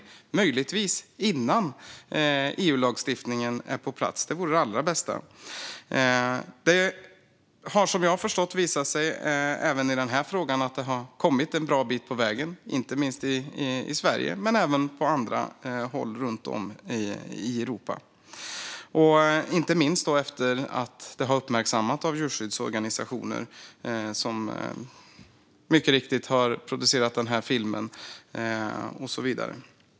Den kan möjligtvis ske innan EU-lagstiftningen är på plats. Det vore det allra bästa. Det har som jag förstått visat sig även i den här frågan att man kommit en bra bit på vägen i Sverige men även på andra håll runt om i Europa. Det gäller inte minst efter att det har uppmärksammats av djurskyddsorganisationer. De har mycket riktigt producerat den här filmen.